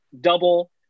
double